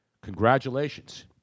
congratulations